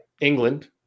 England